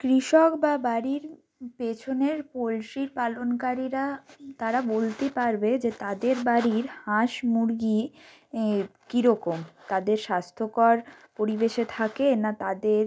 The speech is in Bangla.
কৃষক বা বাড়ির পিছনের পোলট্রি পালনকারীরা তারা বলতে পারবে যে তাদের বাড়ির হাঁস মুরগি কী রকম তাদের স্বাস্থ্যকর পরিবেশে থাকে না তাদের